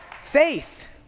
faith